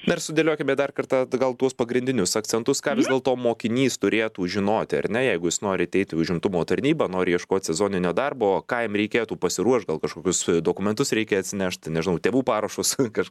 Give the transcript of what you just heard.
dar sudėliokime dar kartą atgal tuos pagrindinius akcentus ką vis dėlto mokinys turėtų žinoti ar ne jeigu jis nori ateitiį užimtumo tarnybą nori ieškot sezoninio darbo ką jam reikėtų pasiruošt gal kažkokius dokumentus reikia atsinešt nežinau tėvų parašus kad